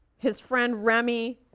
his friend, remi,